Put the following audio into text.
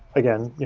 again,